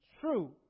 true